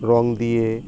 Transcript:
রঙ দিয়ে